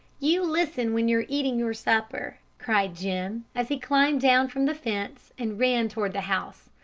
you listen when you're eating your supper! cried jim, as he climbed down from the fence and ran toward the house.